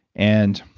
and,